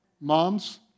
Moms